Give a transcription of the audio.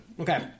Okay